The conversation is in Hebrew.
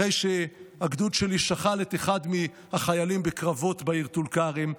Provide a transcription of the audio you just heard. אחרי שהגדוד שלי שכל את אחד מהחיילים בקרבות בעיר טול כרם,